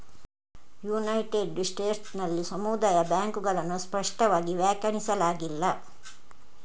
United States ನಲ್ಲಿ ಸಮುದಾಯ ಬ್ಯಾಂಕುಗಳನ್ನು ಸ್ಪಷ್ಟವಾಗಿ ವ್ಯಾಖ್ಯಾನಿಸಲಾಗಿಲ್ಲ